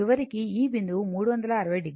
చివరకు ఈ బిందువు 360 o